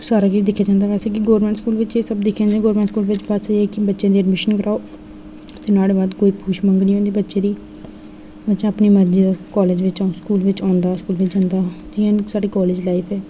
एह् सारा किश दिक्खेआ जंदा बैसे बी गोर्मेंट स्कूल बिच्च बस एह् ऐ कि बच्चे दी एडमिशन कराओ ते नोआड़े बाद कोई पुछ मंग नी होंदी बच्चे दी बच्चा अपनी मर्जी दा कालेज बिच्च स्कूल बिच्च आंदा स्कूल बिच्च जंदा इ'यै साढ़ी लाइफ ऐ